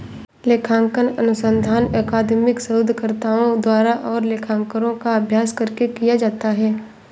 लेखांकन अनुसंधान अकादमिक शोधकर्ताओं द्वारा और लेखाकारों का अभ्यास करके किया जाता है